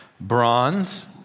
Bronze